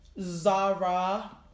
Zara